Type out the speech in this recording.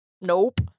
Nope